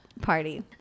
party